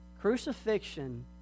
Crucifixion